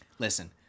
Listen